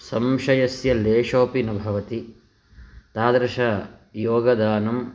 संशयस्य लेशोपि न भवति तादृश योगदानं